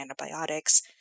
antibiotics